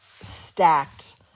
stacked